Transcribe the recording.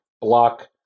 block